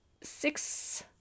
Six